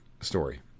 story